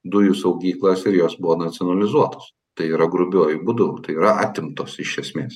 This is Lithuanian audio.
dujų saugyklas ir jos buvo nacionalizuotos tai yra grubiuoju būdu tai yra atimtos iš esmės